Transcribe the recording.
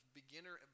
beginner